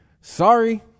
Sorry